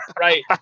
Right